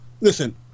listen